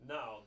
Now